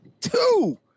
Two